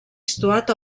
situat